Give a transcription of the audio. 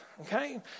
okay